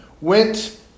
went